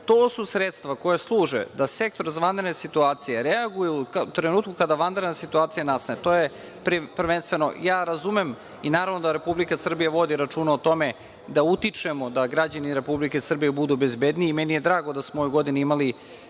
to su sredstva koja služe da Sektor za vanredne situacije reaguje u trenutku kada vanredna situacija nastane. Razumem i naravno da Republika Srbija vodi računa o tome da utičemo da građani Republike Srbije budu bezbedniji. Meni je drago da smo ove godine imali